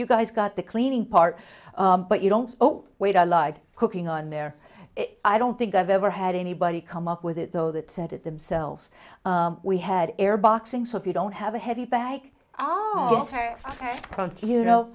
you guys got the cleaning part but you don't oh wait i lied cooking on there i don't think i've ever had anybody come up with it though that said it themselves we had or boxing so if you don't have a heavy bag don't you know